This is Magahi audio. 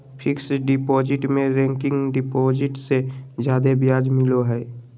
फिक्स्ड डिपॉजिट में रेकरिंग डिपॉजिट से जादे ब्याज मिलो हय